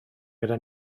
gyda